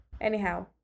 Anyhow